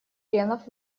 членов